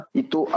itu